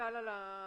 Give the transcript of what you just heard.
שמוטל על האזרח,